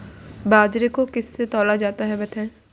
बाजरे को किससे तौला जाता है बताएँ?